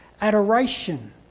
Adoration